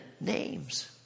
names